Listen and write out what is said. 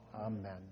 Amen